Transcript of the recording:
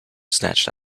snatched